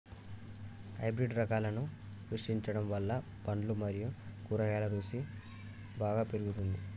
hybrid రకాలను సృష్టించడం వల్ల పండ్లు మరియు కూరగాయల రుసి బాగా పెరుగుతుంది